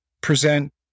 present